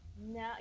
No